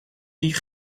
die